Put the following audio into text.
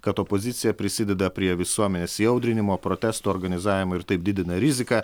kad opozicija prisideda prie visuomenės įaudrinimo protestų organizavimo ir taip didina riziką